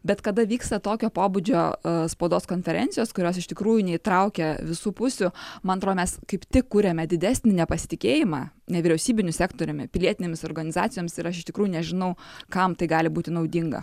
bet kada vyksta tokio pobūdžio spaudos konferencijos kurios iš tikrųjų neįtraukia visų pusių man atrodo mes kaip tik kuriame didesnį nepasitikėjimą nevyriausybiniu sektoriumi pilietinėmis organizacijomis ir aš iš tikrųjų nežinau kam tai gali būti naudinga